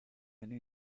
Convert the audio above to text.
many